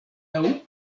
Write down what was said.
laŭ